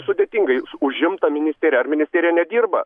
sudėtingai užimta ministerija ar ministerija nedirba